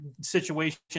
situation